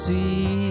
See